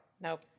Nope